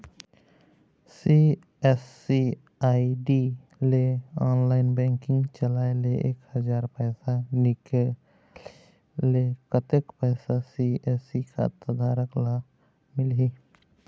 CSC ID ले online banking चलाए ले एक हजार पैसा निकाले ले कतक पैसा सी.एस.सी खाता धारक ला मिलही?